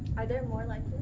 are there more like